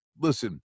listen